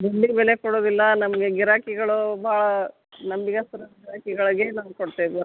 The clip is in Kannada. ಮಂಡಿ ಬೆಲೆ ಕೊಡೋದಿಲ್ಲ ನಮಗೆ ಗಿರಾಕಿಗಳು ಭಾಳ ನಂಬಿಕಸ್ತರು ಗಿರಾಕಿಗಳಿಗೆ ನಾವು ಕೊಡ್ತೇವೆ